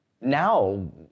Now